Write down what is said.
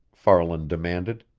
farland demanded.